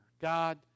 God